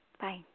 Bye